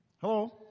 hello